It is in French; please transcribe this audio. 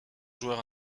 joueur